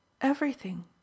Everything